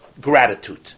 Gratitude